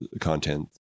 content